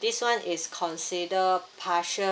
this one is consider partial